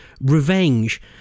revenge